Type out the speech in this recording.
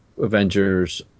Avengers